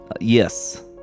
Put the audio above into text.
Yes